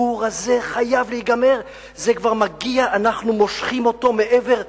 הסיפור הזה חייב להיגמר, אנחנו מושכים אותו מעבר,